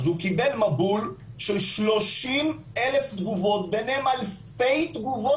אז הוא קיבל מבול של 30,000 תגובות ביניהם אלפי תגובות